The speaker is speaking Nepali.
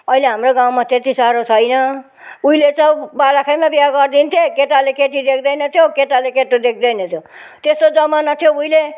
अहिले हाम्रै गाउँमा त्यति साह्रो छैन उहिले त बालखैमा बिहा गरिदिन्थे केटाले केटी देख्दैन्थ्यो केटाले केटी देख्दैन्थ्यो त्यस्तो जमाना थियो उहिले